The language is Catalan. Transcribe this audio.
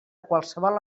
qualsevol